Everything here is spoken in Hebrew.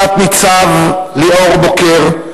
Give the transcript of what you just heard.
תת-ניצב ליאור בוקר,